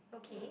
okay